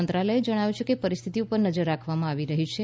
મંત્રાલયે જણાવ્યું છે કે પરિસ્થિતિ પર નજર રાખવામાં આવી રહી છે